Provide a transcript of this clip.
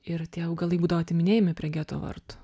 ir tie augalai būdavo atiminėjami prie geto vartų